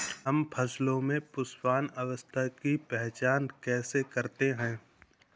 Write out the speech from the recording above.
हम फसलों में पुष्पन अवस्था की पहचान कैसे करते हैं?